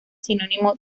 sinónimo